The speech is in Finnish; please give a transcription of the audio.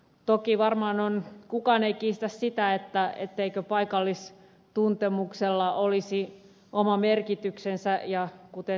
toki varmaan kukaan ei kiistä sitä etteikö paikallistuntemuksella olisi oma merkityksensä ja kuten ed